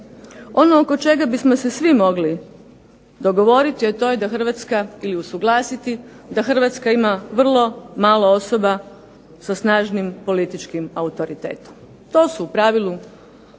Ono oko čega bismo se svi mogli dogovoriti, a to je da Hrvatska, ili usuglasiti da Hrvatska ima vrlo malo osoba sa snažnim političkim autoritetom. To su u pravilu